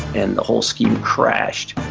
and the whole scheme crashed,